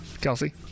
kelsey